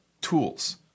tools